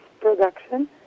production